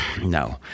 no